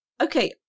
okay